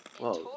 !woah!